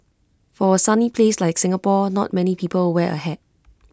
for A sunny place like Singapore not many people wear A hat